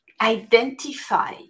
identify